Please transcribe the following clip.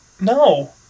No